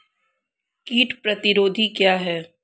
कीट प्रतिरोधी क्या है?